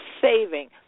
saving